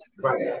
Right